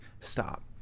stop